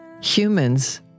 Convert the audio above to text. Humans